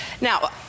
Now